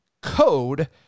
code